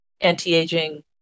anti-aging